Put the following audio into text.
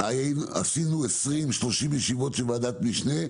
עשינו 20, 30 ישיבות של ועדת משנה.